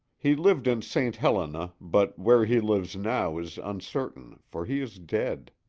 he lived in st. helena, but where he lives now is uncertain, for he is dead.